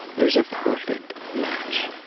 there's a perfect match